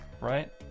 right